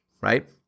right